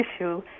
issue